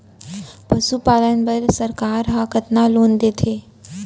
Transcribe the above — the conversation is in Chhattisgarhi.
पशुपालन बर सरकार ह कतना लोन देथे?